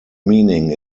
meaning